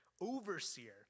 overseer